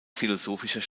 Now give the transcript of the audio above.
philosophischer